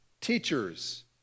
teachers